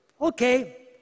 Okay